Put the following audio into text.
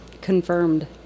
Confirmed